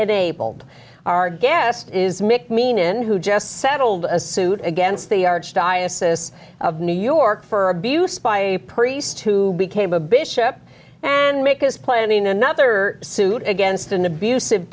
enabled our guest is mick mean in who just settled a suit against the archdiocese of new york for abuse by a priest who became a bishop and mick is planning another suit against an abusive